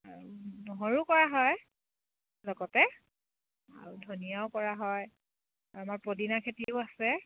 আৰু নহৰু কৰা হয় লগতে আৰু ধনীয়াও কৰা হয় আৰু আমাৰ পদিনা খেতিও আছে